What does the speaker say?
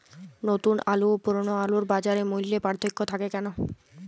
নতুন আলু ও পুরনো আলুর বাজার মূল্যে পার্থক্য থাকে কেন?